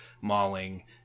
mauling